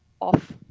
off